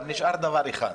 אבל נשאר רק דבר אחד,